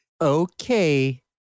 okay